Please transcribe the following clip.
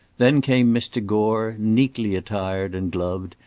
then came mr. gore, neatly attired and gloved,